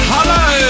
Hello